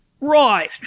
right